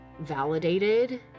validated